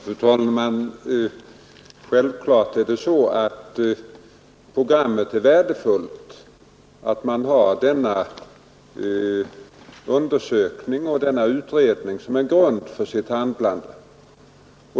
Fru talman! Det är självfallet värdefullt att man har de undersökningar och utredningar som redovisats i programmet som grund för sitt handlande.